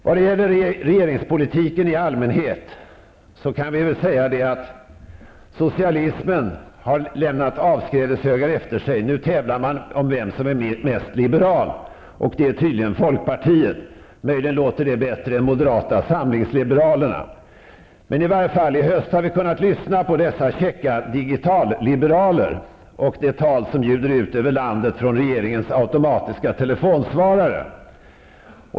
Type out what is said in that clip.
När det gäller regeringspolitiken i allmänhet kan vi väl säga att socialismen har lämnat avskrädeshögar efter sig. Nu tävlar man om vem som är mest liberal. Det är tydligen folkpartiet. Det låter möjligen bättre än moderata samlingsliberalerna. I höst har vi kunnat lyssna till dessa käcka digitalliberaler och det tal som ljuder ut över landet från regeringens automatiska telefonsvarare.